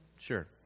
Sure